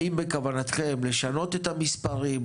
האם בכוונתכם לשנות את המספרים?